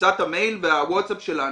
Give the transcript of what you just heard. בקבוצת המייל והוואטסאפ שלנו,